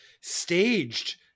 staged